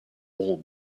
all